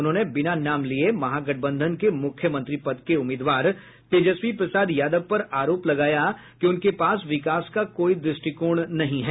उन्होंने बिना नाम लिये महागठबंधन के मुख्यमंत्री पद के उम्मीदवार तेजस्वी प्रसाद यादव पर आरोप लगाया कि उनके पास विकास का कोई दृष्टिकोण नहीं है